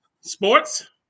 sports